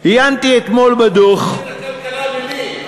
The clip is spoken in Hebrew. להציל את הכלכלה ממי?